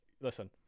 listen